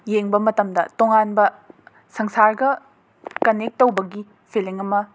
ꯌꯦꯡꯕ ꯃꯇꯝꯗ ꯇꯣꯉꯥꯟꯕ ꯁꯪꯁꯥꯔꯒ ꯀꯣꯅꯦꯛ ꯇꯩꯕꯒꯤ ꯐꯤꯂꯤꯡ ꯑꯃ